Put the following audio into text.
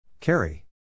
Carry